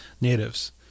natives